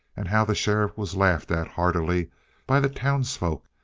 and how the sheriff was laughed at heartily by the townsfolk,